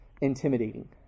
intimidating